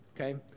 okay